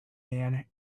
man